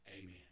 Amen